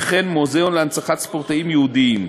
וכן מוזיאון להנצחת ספורטאים יהודים,